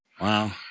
Wow